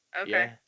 Okay